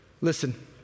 Listen